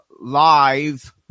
live